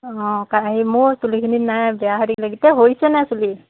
অঁ মোৰ চুলিখিনি নাই বেয়া হৈ থাকিলে এতিয়া সৰিছে নাই চুলি